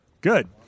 Good